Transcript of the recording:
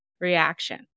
reaction